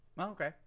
okay